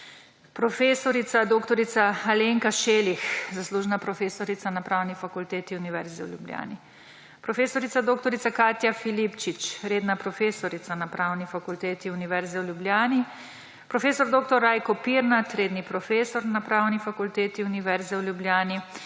prof. dr. Alenka Šelih, zaslužna profesorica na Pravni fakulteti Univerze v Ljubljani, prof. dr. Katja Filipčič, redna profesorica na Pravni fakulteti Univerze v Ljubljani, prof. dr. Rajko Pirnat, redni profesor na Pravni fakulteti Univerze v Ljubljani,